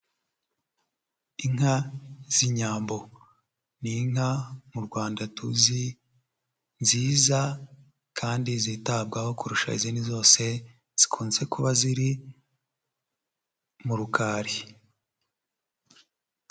Inka z'inyambo. Ni inka mu Rwanda tuzi nziza kandi zitabwaho kurusha izindi zose zikunze kuba ziri mu Rukari.